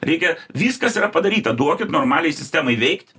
reikia viskas yra padaryta duokit normaliai sistemai veikt